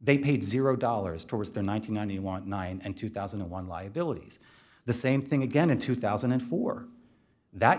they paid zero dollars towards the nineteen million nine hundred and ninety two thousand and one liabilities the same thing again in two thousand and four that